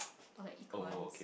or like econs